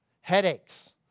headaches